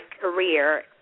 career